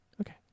Okay